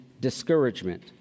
discouragement